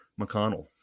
McConnell